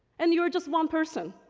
and you're just one person.